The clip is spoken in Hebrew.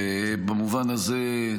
במובן הזה,